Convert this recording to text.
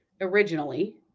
originally